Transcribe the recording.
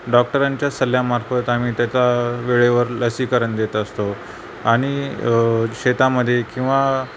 डॉक्टरांच्या सल्ल्यामार्फत आम्ही त्याचा वेळेवर लसीकरण देत असतो आणि शेतामध्ये किंवा